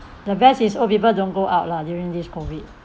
the best is old people don't go out lah during this COVID